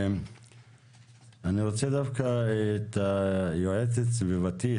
אני רוצה דווקא את היועצת הסביבתית,